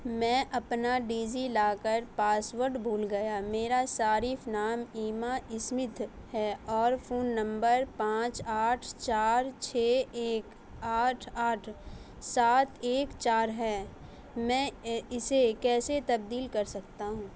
میں اپنا DigiLocker password بھول گیا میرا صارف نام ایما اسمتھ ہے اور فون نمبر پانچ آٹھ چار چھ ایک آٹھ آٹھ سات ایک چار ہے میں اسے کیسے تبدیل کر سکتا ہوں